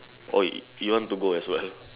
or you you want to go as well